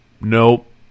Nope